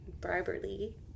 bribery